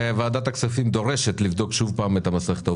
וועדת הכספים דורשת לבדוק שוב פעם את המסכת העובדתית.